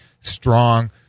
strong